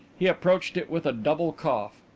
he approached it with a double cough.